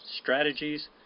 strategies